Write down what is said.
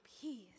Peace